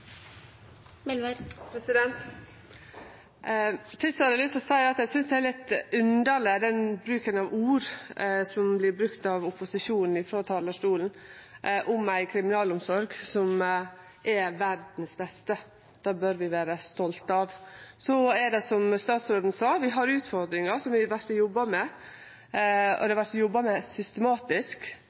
lyst til å seie at eg synest det er litt underleg bruk av ord av opposisjonen frå talarstolen om ei kriminalomsorg som er verdas beste. Det bør vi vere stolte av. Som statsråden sa, har vi utfordringar som det vert jobba med, som det vert jobba med systematisk.